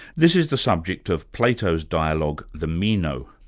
this is the subject of plato's dialogue, the meno.